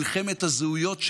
מלחמת הזהויות,